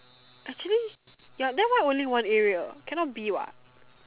actually ya then why only one area can not be what